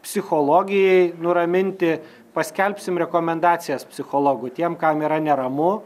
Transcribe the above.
psichologijai nuraminti paskelbsim rekomendacijas psichologų tiem kam yra neramu